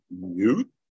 mute